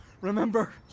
remember